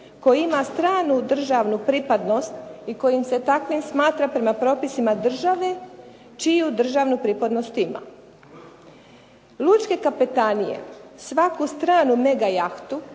koji ima stranu državnu pripadnost i kojim se takvim smatra prema propisima države čiju državnu pripadnost ima. Lučke kapetanije svaku stranu mega jahtu